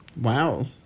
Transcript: Wow